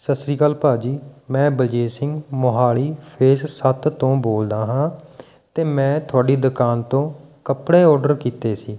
ਸਤਿ ਸ਼੍ਰੀ ਅਕਾਲ ਭਾਜੀ ਮੈਂ ਬਲਜੀਤ ਸਿੰਘ ਮੋਹਾਲੀ ਫੇਜ਼ ਸੱਤ ਤੋਂ ਬੋਲਦਾ ਹਾਂ ਅਤੇ ਮੈਂ ਤੁਹਾਡੀ ਦੁਕਾਨ ਤੋਂ ਕੱਪੜੇ ਓਡਰ ਕੀਤੇ ਸੀ